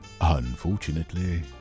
Unfortunately